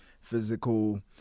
physical